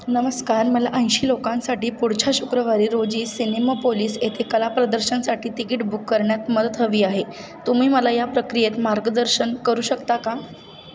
नमस्कार मला ऐंशी लोकांसाठी पुढच्या शुक्रवारी रोजी सिनेमा पोलीस येथे कला प्रदर्शनसाठी तिकीट बुक करण्यात मदत हवी आहे तुम्ही मला या प्रक्रियाेत मार्गदर्शन करू शकता का